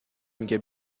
میگه